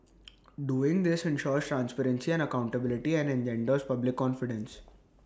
doing this ensures transparency and accountability and engenders public confidence